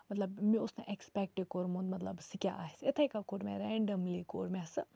مطلب مےٚ اوس نہٕ ایٚکٕسپیٚکٹ کوٚرمُت مطلب سُہ کیاہ آسہِ اِتھے کٔنۍ کوٚر مےٚ رینڈَملی کوٚر مےٚ سُہ